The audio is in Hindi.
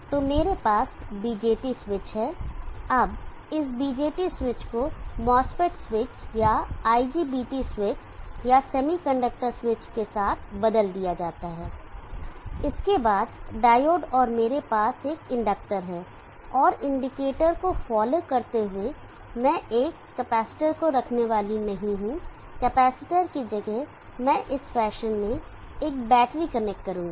तो मेरे पास BJT स्विच है अब इस BJT स्विच को MOSFET स्विच या IGBT स्विच या सेमीकंडक्टर स्विच के साथ बदल दिया जा सकता है इसके बाद डायोड और मेरे पास एक इंडक्टर है और इंडिकेटर को फॉलो करते हुए मैं एक कैपेसिटर रखने वाला नहीं हूं कैपेसिटर के जगह मैं इस फैशन में एक बैटरी कनेक्ट करूंगा